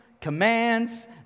commands